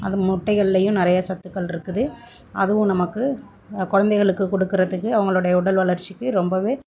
அந்த முட்டைகள்லேயும் நிறைய சத்துக்கள் இருக்குது அதுவும் நமக்கு கொழந்தைகளுக்கு குடுக்குறதுக்கு அவங்களுடைய உடல் வளர்ச்சிக்கு ரொம்ப